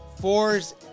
fours